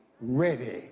ready